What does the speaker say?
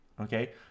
okay